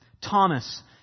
Thomas